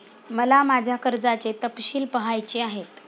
मला माझ्या कर्जाचे तपशील पहायचे आहेत